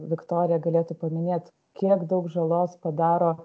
viktorija galėtų paminėt kiek daug žalos padaro